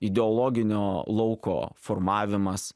ideologinio lauko formavimas